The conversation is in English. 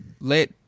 let –